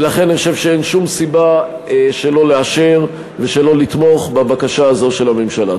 ולכן אני חושב שאין שום סיבה שלא לאשר ולא לתמוך בבקשה הזאת של הממשלה.